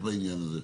מה דעתך בעניין הזה?